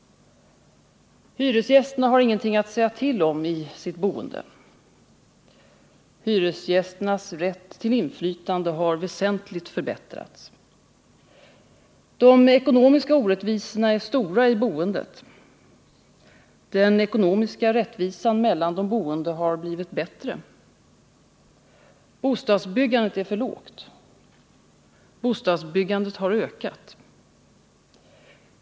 Hyresgästerna har ingenting att säga till om i sitt boende. — Hyresgästernas rätt till inflytande har väsentligt förbättrats. De ekonomiska orättvisorna är stora i boendet. — Den ekonomiska rättvisan mellan de boende har blivit bättre. Bostadsbyggandet är för lågt. — Bostadsbyggandet har ökat.